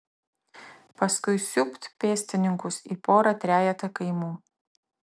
paskui siūbt pėstininkus į porą trejetą kaimų